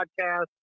Podcast